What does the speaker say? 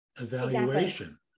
evaluation